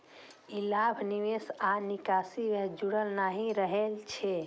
ई लाभ निवेश आ निकासी सं जुड़ल नहि रहै छै